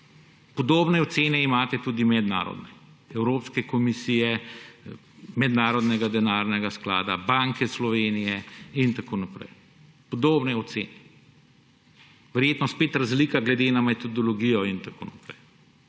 Podobne ocene imate tudi mednarodne, Evropske komisije, Mednarodnega denarnega sklada, Banke Slovenije in tako naprej. Podobne ocene. Verjetno je spet razlika glede na metodologijo in tako naprej.